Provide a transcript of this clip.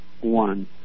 one